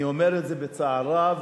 אני אומר את בצער רב,